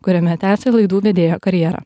kuriame tęsia laidų vedėjo karjerą